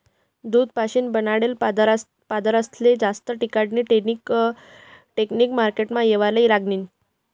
दूध पाशीन बनाडेल पदारथस्ले जास्त टिकाडानी टेकनिक मार्केटमा येवाले लागनी